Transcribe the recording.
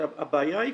הבעיה העיקרית,